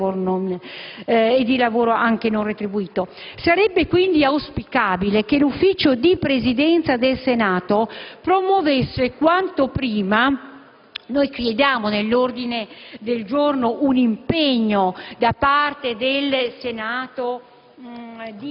Sarebbe quindi auspicabile che il Consiglio di Presidenza del Senato promuovesse quanto prima, come chiediamo nell'ordine del giorno G37, un impegno da parte del Senato